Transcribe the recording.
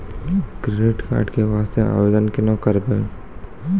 Credit card के वास्ते आवेदन केना करबै?